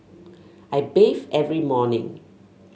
I bathe every morning